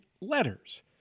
letters